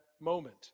moment